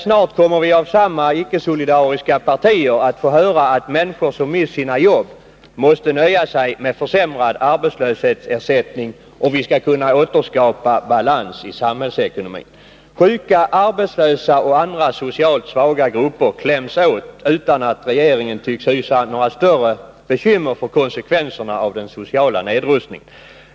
Snart kommer vi av samma icke-solidariska partier att få höra att människor som mist sina jobb måste nöja sig med försämrad arbetslöshetsersättning, om vi skall kunna återskapa balans i samhällsekonomin. Sjuka, arbetslösa och andra socialt svaga grupper kläms åt, utan att regeringen tycks hysa några större bekymmer för konsekvenserna av den sociala nedrustningen.